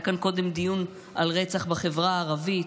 היה כאן קודם דיון על רצח בחברה הערבית,